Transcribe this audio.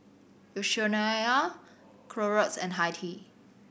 Yoshinoya Clorox and Hi Tea